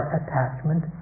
attachment